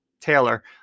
taylor